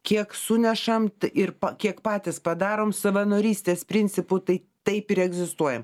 kiek sunešam ir kiek patys padarom savanorystės principu tai taip ir egzistuojam